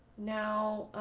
now.